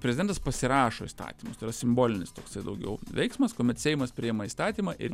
prezidentas pasirašo įstatymus tai yra simbolinis toksai daugiau veiksmas kuomet seimas priema įstatymą ir